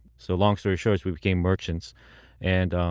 so long story short we became merchants and um